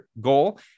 goal